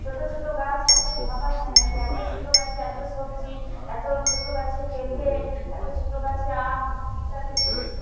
ছোটো ছোটো গাছ অথচ ভাবা যায় না যে এতো ছোটো গাছে এতো সবজি এতো ছোটো গাছে পেঁপে এতো ছোটো গাছে আম ইত্যাদি হচ্ছে